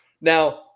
Now